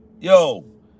Yo